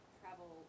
travel